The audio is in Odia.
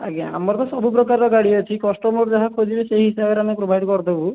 ଆଜ୍ଞା ଆମର ତ ସବୁ ପ୍ରକାରର ଗାଡ଼ି ଅଛି କଷ୍ଟମର୍ ଯାହା ଖୋଜିବେ ସେହି ହିସାବରେ ଆମେ ପ୍ରୋଭାଇଡ଼୍ କରି ଦେବୁ